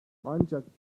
ancak